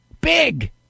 Big